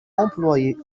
employées